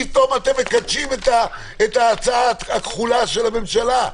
פתאום אתם מקדשים את ההצעה הכחולה של הממשלה?